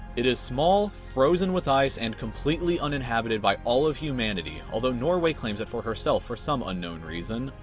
it is small frozen with ice and completely uninhabited by all of humanity although norway claims it for herself for some unknown reason.